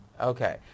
Okay